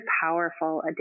powerful